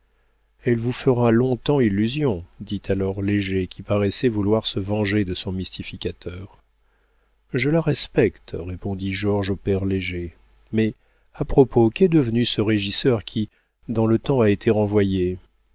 elle vous fera longtemps illusion dit alors léger qui paraissait vouloir se venger de son mystificateur je la respecte répondit georges au père léger mais à propos qu'est devenu ce régisseur qui dans le temps a été renvoyé